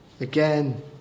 again